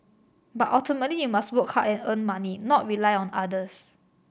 but ultimately you must work hard and earn money not rely on others